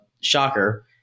shocker